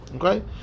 Okay